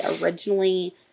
originally